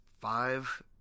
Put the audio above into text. five